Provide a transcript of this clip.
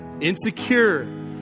insecure